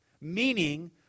Meaning